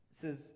says